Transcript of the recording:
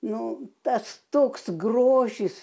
nu tas toks grožis